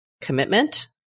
Commitment